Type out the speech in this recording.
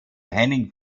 henning